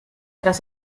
tras